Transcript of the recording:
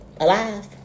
Alive